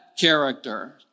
character